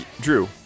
Drew